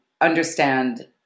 understand